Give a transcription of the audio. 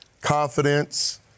confidence